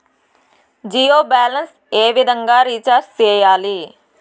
Jio balance ఏ విధంగా recharge సేయాలి?